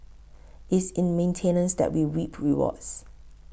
it's in maintenance that we reap rewards